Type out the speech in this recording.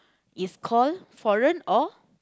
is call foreign or